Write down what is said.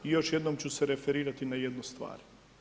I još jedno ću se referirati na jednu stvar.